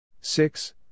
Six